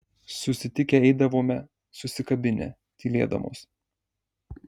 susitikę eidavome susikabinę tylėdamos